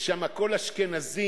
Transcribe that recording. ושם הכול אשכנזים,